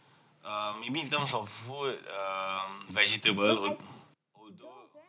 um maybe in terms of food um vegetable would although